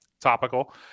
topical